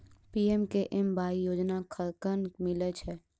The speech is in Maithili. पी.एम.के.एम.वाई योजना कखन मिलय छै?